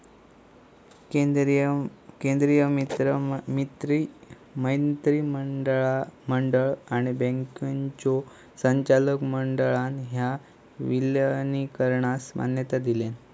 केंद्रीय मंत्रिमंडळ आणि बँकांच्यो संचालक मंडळान ह्या विलीनीकरणास मान्यता दिलान